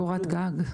קורת גג.